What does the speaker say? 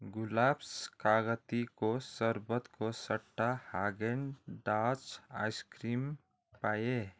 गुलाब्स् कागतीको सर्बतको सट्टा हागेन डास आइस क्रिम पाएँ